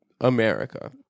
America